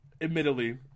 admittedly